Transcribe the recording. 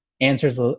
answers